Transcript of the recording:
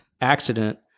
accident